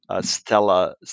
Stella